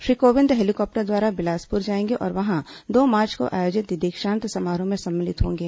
Shri Kovind helicopter द्वारा बिलासपुर जाएंगे और वहां दो मार्च को आयोजित दीक्षांत समारोह में सम्मलित होंगे